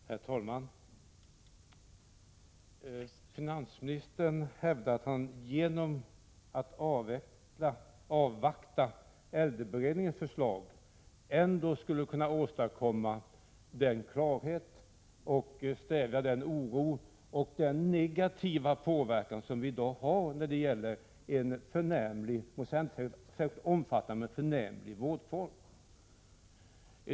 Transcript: | Herr talman! Finansministern hävdar att han genom att avvakta äldreberedningens förslag ändå skulle kunna åstadkomma klarhet och stävja oron och den i dag negativa påverkan när det gäller en omfattande förnämlig vårdform.